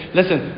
listen